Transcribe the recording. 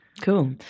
Cool